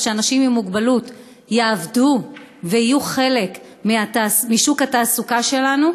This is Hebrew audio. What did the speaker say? שאנשים עם מוגבלות יעבדו ויהיו חלק משוק התעסוקה שלנו,